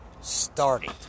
started